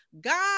God